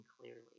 clearly